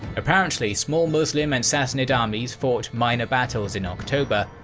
apparently small muslim and sassanid armies fought minor battles in october,